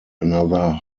another